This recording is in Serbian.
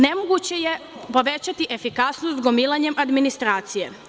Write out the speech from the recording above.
Nemoguće je povećati efikasnost gomilanjem administracije.